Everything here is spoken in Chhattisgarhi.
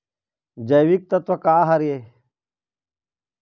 जैविकतत्व का हर ए?